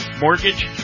mortgage